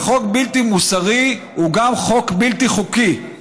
וחוק בלתי מוסרי הוא גם בלתי חוקי.